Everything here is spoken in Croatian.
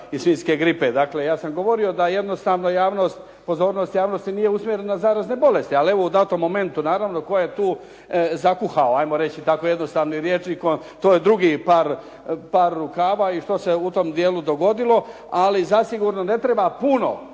i svinjske gripe. Dakle, ja sam govorio da jednostavno javnost, pozornost javnosti nije usmjerena na zarazne bolesti, ali evo u datom momentu naravno tko je tu zakuhao, 'ajmo reći tako jednostavnim rječnikom. To je drugi par rukava i što se u tom dijelu dogodilo. Ali zasigurno ne treba puno